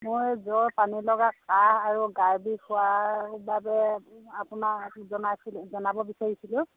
মোৰ জ্বৰ পানীলগা কাঁহ আৰু গাৰ বিষ হোৱাৰ বাবে আপোনাক জনাইছিলোঁ জনাব বিচাৰিছিলোঁ